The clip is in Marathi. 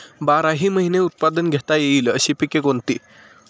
बाराही महिने उत्पादन घेता येईल अशी पिके कोणती?